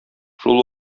шул